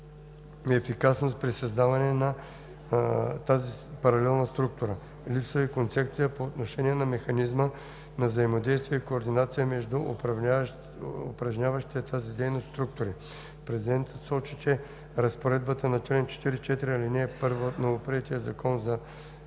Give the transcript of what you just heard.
ефикасност при създаването на тази паралелна структура. Липсва и концепция по отношение механизма на взаимодействие и координация между упражняващите тази дейност структури. Президентът сочи, че разпоредбата на чл. 44, ал. 1 от новоприетия Закон за